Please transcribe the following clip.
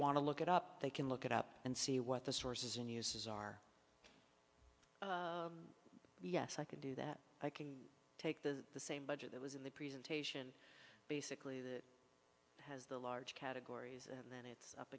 want to look it up they can look it up and see what the sources and uses are yes i can do that i can take the the same budget that was in the presentation basically that has the large categories